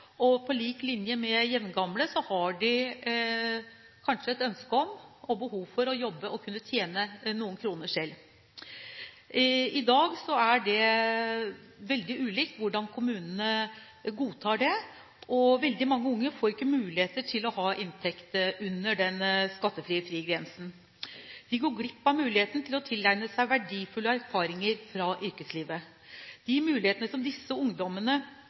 og på lik linje med jevngamle har de kanskje et ønske om og behov for å jobbe og kunne tjene noen kroner selv. I dag er det veldig ulikt hvordan kommunene godtar det, og veldig mange unge får ikke mulighet til å ha inntekt under den skattefrie grensen. De går glipp av muligheten til å tilegne seg verdifulle erfaringer fra yrkeslivet. De mulighetene som disse ungdommene